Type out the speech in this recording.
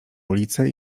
ulice